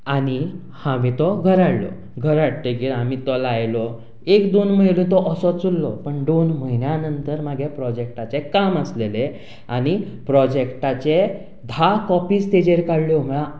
आनी हांवें तो घरा हाडलो घरा हाडटकच आमीं तो लायलो एक दोन म्हयनो तो असोच उरलो पूण दोन म्हयन्या नंतर म्हजें प्रोजेक्टाचें काम आशिल्लें आनी प्रोजेक्टाच्यो धा कॉपिज ताजेर काडल्यो म्हणल्यार